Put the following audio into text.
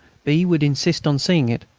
b. would insist on seeing it.